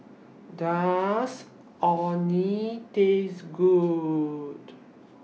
Does Orh Nee Taste Good